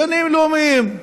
גנים לאומיים.